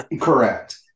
Correct